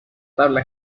tabla